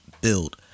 build